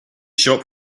shop